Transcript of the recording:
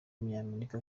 w’umunyamerika